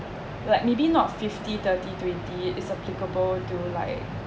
to like maybe not fifty thirty twenty it's applicable to like